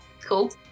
cool